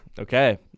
okay